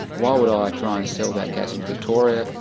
why would um i try and sell that gas into victoria,